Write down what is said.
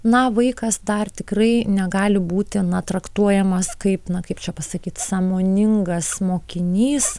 na vaikas dar tikrai negali būti na traktuojamas kaip na kaip čia pasakyt sąmoningas mokinys